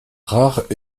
rares